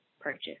purchase